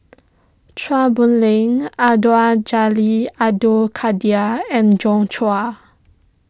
Chua Boon Lay Abdul Jalil Abdul Kadir and Joi Chua